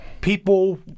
people